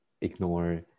ignore